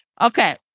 Okay